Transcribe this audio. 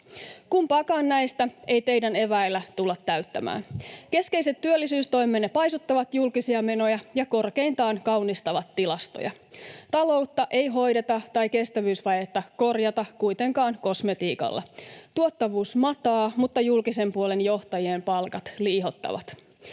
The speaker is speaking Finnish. Kumpaakaan näistä ei teidän eväillänne tulla täyttämään. Keskeiset työllisyystoimenne paisuttavat julkisia menoja ja korkeintaan kaunistavat tilastoja. Taloutta ei kuitenkaan hoideta tai kestävyysvajetta korjata kosmetiikalla. Tuottavuus mataa, mutta julkisen puolen johtajien palkat liihottavat.